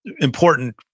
important